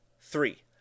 three